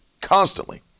constantly